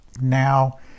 Now